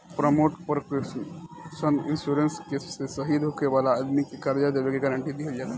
payment protection insurance से शहीद होखे वाला आदमी के कर्जा देबे के गारंटी दीहल जाला